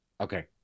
Okay